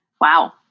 wow